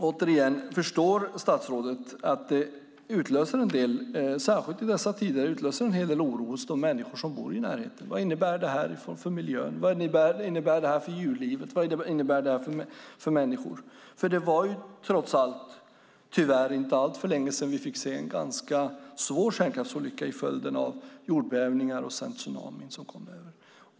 Återigen: Förstår statsrådet att detta särskilt i dessa tider utlöser en hel del oro hos de människor som bor i närheten? Vad innebär det för miljön? Vad innebär det för djurlivet? Vad innebär det för människor? Trots allt var det tyvärr inte alltför länge sedan vi fick se en ganska svår kärnkraftsolycka som en följd av jordbävningar och sedan en tsunami.